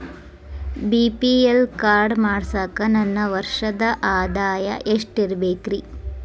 BPL card ಮಾಡ್ಸಾಕ ನನ್ನ ವರ್ಷದ್ ಆದಾಯ ಎಷ್ಟ ಇರಬೇಕ್ರಿ?